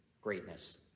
greatness